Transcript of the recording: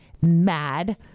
mad